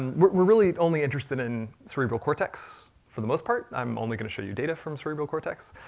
we're really only interested in cerebral cortex for the most part. i'm only going to show you data from cerebral cortex,